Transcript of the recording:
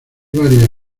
varias